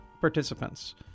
participants